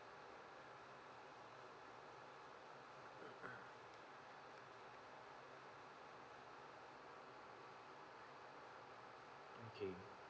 okay